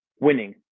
winning